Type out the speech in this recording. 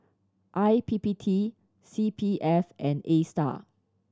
I P P T C P F and Astar